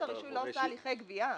רשות הרישוי לא עושה הליכי גבייה.